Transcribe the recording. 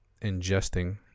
ingesting